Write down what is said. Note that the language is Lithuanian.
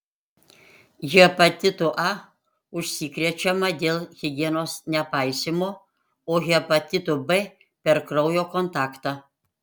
hepatitu a užsikrečiama dėl higienos nepaisymo o hepatitu b per kraujo kontaktą